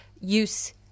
use